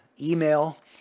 email